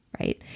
right